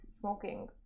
smoking